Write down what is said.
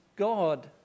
god